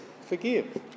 forgive